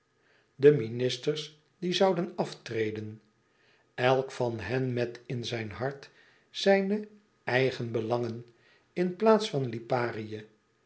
de ministers die zouden aftreden elk van hen met in zijn hart zijn eigen belangen in plaats van liparië